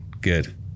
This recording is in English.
Good